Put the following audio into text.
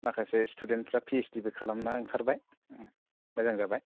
माखासे स्टुडेन्टफ्रा P H D बो खालामनो ओंखारबाय मोजां जाबाय